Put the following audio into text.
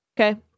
Okay